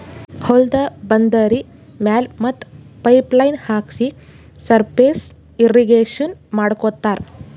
ಹೊಲ್ದ ಬಂದರಿ ಮ್ಯಾಲ್ ಮತ್ತ್ ಪೈಪ್ ಲೈನ್ ಹಾಕ್ಸಿ ಸರ್ಫೇಸ್ ಇರ್ರೀಗೇಷನ್ ಮಾಡ್ಕೋತ್ತಾರ್